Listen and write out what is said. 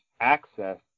access